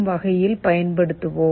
வகையில் பயன்படுத்துவோம்